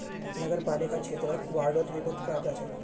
नगरपालिका क्षेत्रक वार्डोत विभक्त कराल जा छेक